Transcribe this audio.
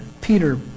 Peter